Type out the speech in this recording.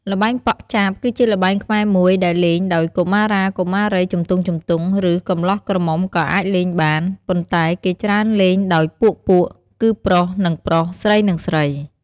ល្បែងប៉ក់ចាប គឺជាល្បែងខ្មែរមួយដែលលេងដោយកុមារាកុមារីជំទង់ៗ ឬកម្លោះក្រមុំក៏អាចលេងបាន ប៉ុន្តែគេច្រើនលេងដោយពួកៗ គឺប្រុសសុទ្ធតែប្រុស ស្រីសុទ្ធតែស្រី។